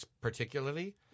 particularly